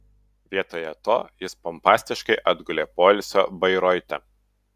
vietoje to jis pompastiškai atgulė poilsio bairoite